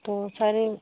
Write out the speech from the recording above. تو سر